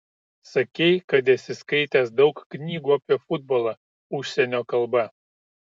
sakei kad esi skaitęs daug knygų apie futbolą užsienio kalba